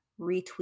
retweet